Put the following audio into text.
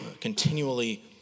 continually